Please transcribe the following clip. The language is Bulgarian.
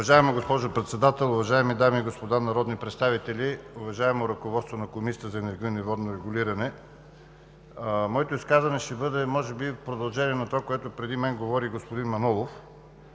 Уважаема госпожо Председател, уважаеми дами и господа народни представители, уважаемо ръководство на Комисията за енергийно и водно регулиране! Моето изказване ще бъде може би продължение на това, което преди мен говори господин Манолов,